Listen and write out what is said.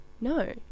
No